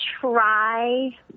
try